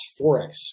Forex